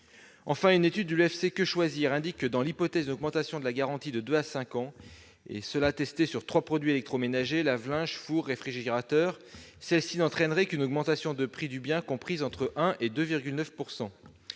Une étude de l'UFC-Que Choisir indique que, dans l'hypothèse d'un allongement de la garantie de deux à cinq ans, testé sur trois produits électroménagers- lave-linge, four, réfrigérateur -, celui-ci entraînerait une augmentation du prix du bien comprise entre 1 % et 2,9